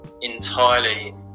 entirely